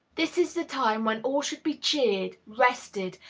this is the time when all should be cheered, rested,